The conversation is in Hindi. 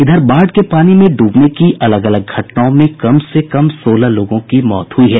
इधर बाढ़ के पानी में डूबने की अलग अलग घटनाओं में कम से कम सोलह लोगों की मौत हुई है